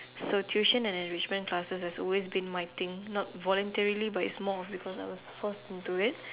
so tuition and enrichment classes has always been my thing not voluntarily but it's more of because I was forced into it